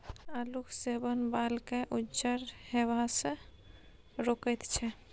आलूक सेवन बालकेँ उज्जर हेबासँ रोकैत छै